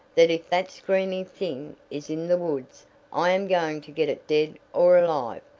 that if that screaming thing is in the woods i am going to get it dead or alive,